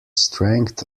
strength